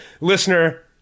listener